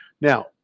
now